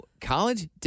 College